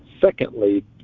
Secondly